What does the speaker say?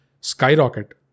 skyrocket